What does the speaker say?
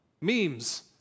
memes